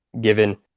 given